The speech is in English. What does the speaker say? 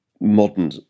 modern